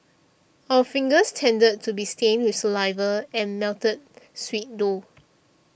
our fingers tended to be stained with saliva and melted sweet though